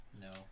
No